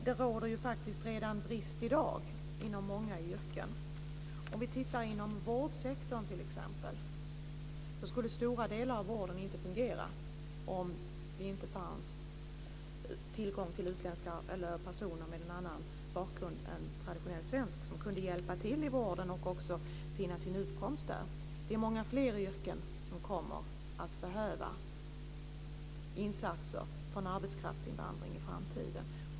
Det råder redan i dag brist inom många yrken, t.ex. inom vårdsektorn. Stora delar av vården skulle inte fungera om det inte fanns tillgång till personer med en annan bakgrund än en traditionell svensk som kan hjälpa till i vården och finna sin utkomst där. Det är många fler yrken som kommer att behöva insatser från arbetskraftsinvandring i framtiden.